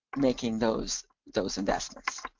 making those those investments.